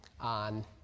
on